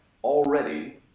already